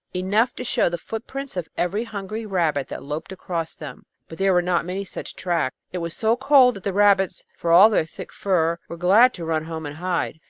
enough to show the footprints of every hungry rabbit that loped across them but there were not many such tracks. it was so cold that the rabbits, for all their thick fur, were glad to run home and hide.